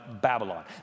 Babylon